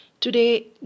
Today